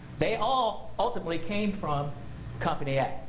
they all ultimately came from company a.